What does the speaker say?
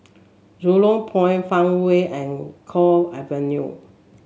Jurong Point Farmway and Cove Avenue